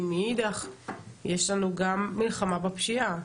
כי מאידך יש לנו גם מלחמה בפשיעה,